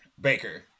Baker